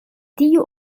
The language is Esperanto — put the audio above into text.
tiu